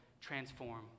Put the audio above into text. transform